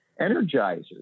energizers